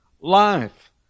life